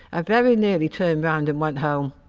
i very nearly turned round and went home.